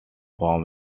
from